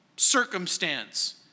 circumstance